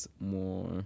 more